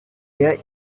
der